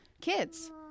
kids